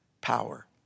power